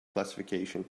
classification